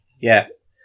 Yes